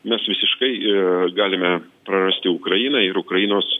mes visiškai galime prarasti ukrainą ir ukrainos